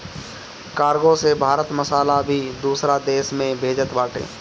cargo से भारत मसाला भी दूसरा देस में भेजत बाटे